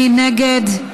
מי נגד?